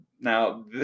Now